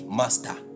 master